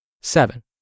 Seven